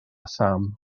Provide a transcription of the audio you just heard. sam